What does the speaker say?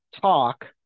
talk